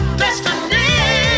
destiny